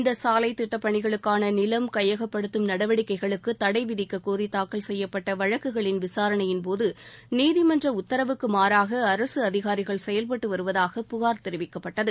இந்த சாலைத் திட்டப்பணிகளுக்கு நிலம் கையகப்படுத்தும் நடவடிக்கைகளுக்கு தடை விதிக்க்கோரி தாக்கல் செய்யப்பட்ட வழக்குகளின் விசாரணையின் போது நீதிமன்ற உத்தரவுக்கு மாறாக அரசு அதிகாரிகள் செயல்பட்டு வருவதாக புகார் தெரிவிக்கப்பட்டது